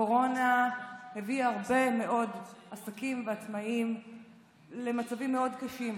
הקורונה הביאה הרבה מאוד עסקים ועצמאים למצבים מאוד קשים,